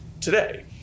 today